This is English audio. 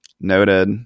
noted